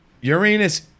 Uranus